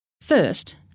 First